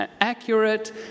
accurate